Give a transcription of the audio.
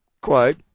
quote